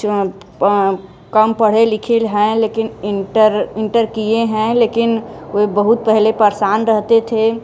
कम पढ़े लिखे हैं लेकिन इंटर इंटर किए हैं लेकिन वे बहुत पहले परेशान रहते थे